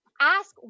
Ask